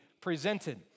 presented